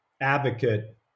advocate